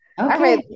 okay